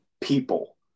people